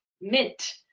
mint